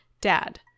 Dad